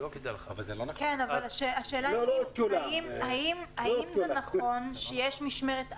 אבל האם זה נכון שיש משמרת א'